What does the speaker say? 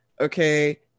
okay